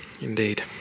Indeed